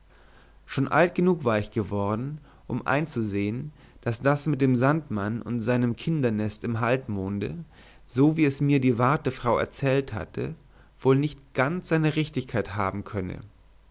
schon alt genug war ich geworden um einzusehen daß das mit dem sandmann und seinem kindernest im halbmonde so wie es mir die wartefrau erzählt hatte wohl nicht ganz seine richtigkeit haben könne